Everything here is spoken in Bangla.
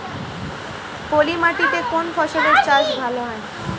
পলি মাটিতে কোন ফসলের চাষ ভালো হয়?